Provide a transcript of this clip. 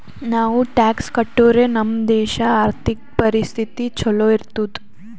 ನಾವು ಟ್ಯಾಕ್ಸ್ ಕಟ್ಟುರೆ ನಮ್ ದೇಶ ಆರ್ಥಿಕ ಪರಿಸ್ಥಿತಿ ಛಲೋ ಇರ್ತುದ್